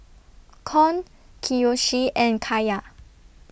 Con Kiyoshi and Kaiya